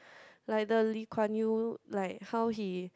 like the Lee Kuan Yew like how he